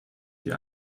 die